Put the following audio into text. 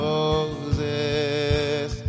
Moses